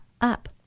up